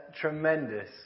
tremendous